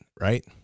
right